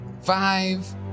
five